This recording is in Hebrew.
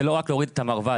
זה לא רק להוריד את המרב"ד,